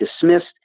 dismissed